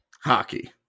hockey